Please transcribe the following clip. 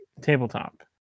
tabletop